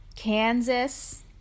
Kansas